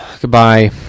Goodbye